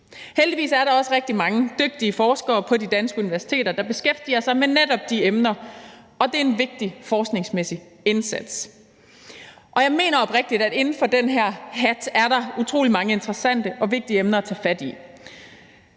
Heldigvis er der også rigtig mange dygtige forskere på de danske universiteter, der beskæftiger sig med netop de emner, og det er en vigtig forskningsmæssig indsats, de yder. Jeg mener oprigtigt, at der under den her hat er utrolig mange interessante og vigtige emner at tage fat i.